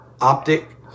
optic